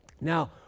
Now